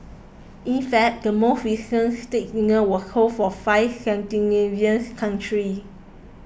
in fact the most recent state dinner was hosted for five Scandinavians countries